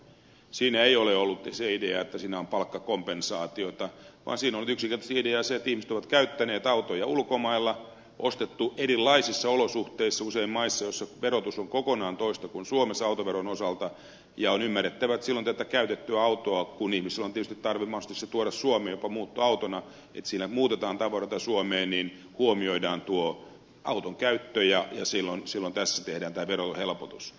siinä ei ole ollut se idea että siinä on palkkakompensaatiota vaan siinä on yksinkertaisesti idea se että ihmiset ovat käyttäneet autoja ulkomailla on ostettu erilaisissa olosuhteissa usein maissa joissa verotus on kokonaan toista kuin suomessa autoveron osalta ja on ymmärrettävää että silloin tämän käytetyn auton kohdalla kun ihmisillä on tietysti tarve mahdollisesti se tuoda suomeen jopa muuttoautona niin että siinä muutetaan tavaroita suomeen huomioidaan tuo auton käyttö ja silloin tässä tehdään tämä verohelpotus